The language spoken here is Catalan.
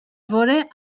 veure